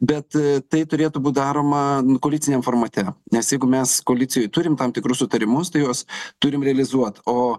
bet tai turėtų būt daroma koaliciniam formate nes jeigu mes koalicijoj turim tam tikrus sutarimus tai juos turim realizuot o